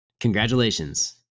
Congratulations